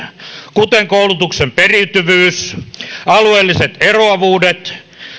kuten koulutuksen periytyvyys alueelliset eroavuudet